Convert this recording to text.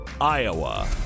Iowa